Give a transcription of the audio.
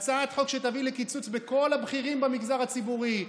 הצעת חוק שתביא לקיצוץ בשכר כל הבכירים במגזר הציבורי,